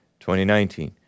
2019